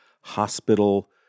hospital